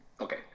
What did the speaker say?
Okay